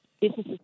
businesses